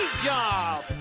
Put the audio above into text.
job!